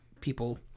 people